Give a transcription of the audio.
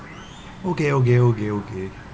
okay okay okay okay